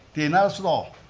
they announce law,